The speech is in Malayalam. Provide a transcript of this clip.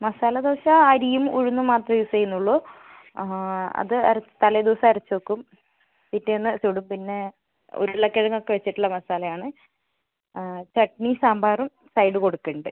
മസാല ദോശ അരിയും ഉഴുന്നും മാത്രമേ യൂസ് ചെയ്യുന്നുള്ളൂ അത് തലേദിവസം അരച്ചുവെക്കും പിറ്റേന്ന് ചുടും പിന്നെ ഉരുളകിഴങ്ങ് ഒക്കെ വെച്ചിട്ടുള്ള മസാല ആണ് ചട്നിയും സാമ്പാറും സൈഡ് കൊടുക്കുന്നുണ്ട്